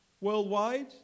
worldwide